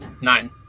Nine